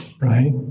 right